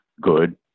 good